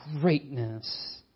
greatness